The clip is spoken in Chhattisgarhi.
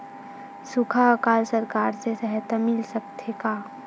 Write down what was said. सुखा अकाल सरकार से सहायता मिल सकथे का?